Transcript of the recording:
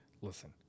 Listen